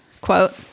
quote